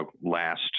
last